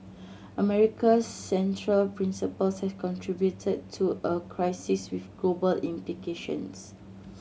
America central principles has contributed to a crisis with global implications